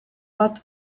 bat